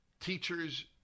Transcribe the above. Teachers